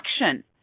action